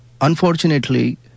Unfortunately